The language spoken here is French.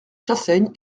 chassaigne